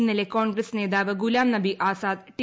ഇന്നലെ കോൺഗ്രസ് നേതാവ് ഗുലാംനബി ആസാദ് ടി